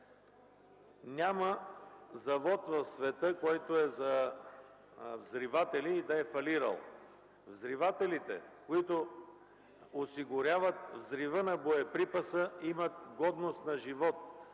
няма завод, който да е за взриватели и да е фалирал. Взривателите, които осигуряват взрива на боеприса имат годност на живот